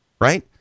Right